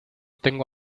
tengo